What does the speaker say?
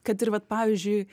kad ir vat pavyzdžiui